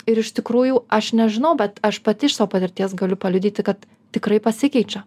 ir iš tikrųjų aš nežinau bet aš pati iš savo patirties galiu paliudyti kad tikrai pasikeičia